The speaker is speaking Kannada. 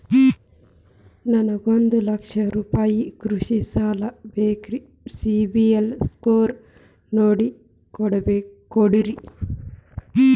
ನನಗೊಂದ ಲಕ್ಷ ರೂಪಾಯಿ ಕೃಷಿ ಸಾಲ ಬೇಕ್ರಿ ಸಿಬಿಲ್ ಸ್ಕೋರ್ ನೋಡಿ ಕೊಡ್ತೇರಿ?